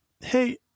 hey